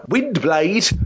Windblade